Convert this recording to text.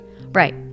Right